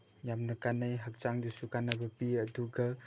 ꯌꯥꯝꯅ ꯀꯥꯟꯅꯩ ꯍꯛꯆꯥꯡꯗꯁꯨ ꯀꯥꯟꯅꯕ ꯄꯤ ꯑꯗꯨꯒ